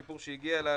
סיפור שהגיע אלי,